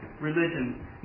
religion